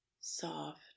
soft